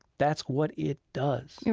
that's what it does yeah